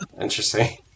interesting